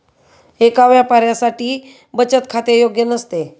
एका व्यापाऱ्यासाठी बचत खाते योग्य नसते